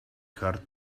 hard